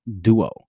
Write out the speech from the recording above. duo